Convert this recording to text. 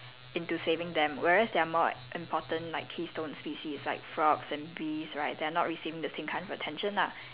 into saving them whereas there are more important like keystone species like frogs and bees right they are not receiving the same kind of attention lah